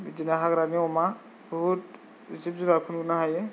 बिदिनो हाग्रानि अमा बहुद जिब जुनारफोर नुनो हायो